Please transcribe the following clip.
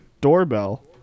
doorbell